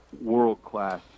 world-class